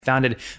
founded